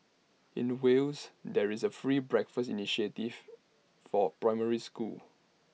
in Wales there is A free breakfast initiative for primary schools